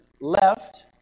left